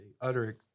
utter